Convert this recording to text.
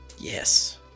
Yes